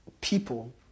people